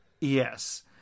Yes